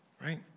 Right